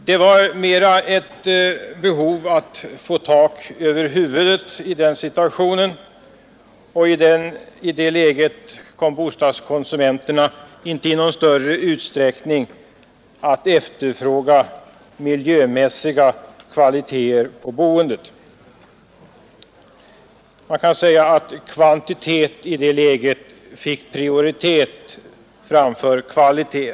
Bostadskonsumenternas problem var att kunna skaffa sig tak över huvudet, och i det läget efterfrågade de inte i någon större utsträckning miljömässig kvalitet på boendet. Kvantitet fick prioritet framför kvalitet.